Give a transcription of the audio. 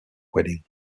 wedding